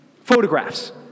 photographs